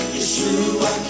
Yeshua